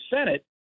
Senate